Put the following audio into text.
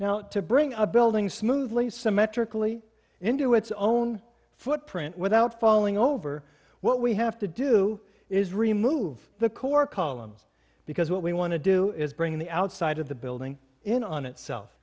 now to bring a building smoothly symmetrically into its own footprint without falling over what we have to do is remove the core columns because what we want to do is bring the outside of the building in on itself